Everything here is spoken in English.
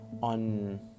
on